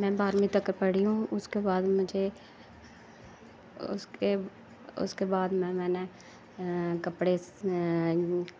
में बाह्रवी तक पढ़ी हूं उसके बाद मुझे उसके बाद मैनें कपड़े